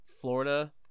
Florida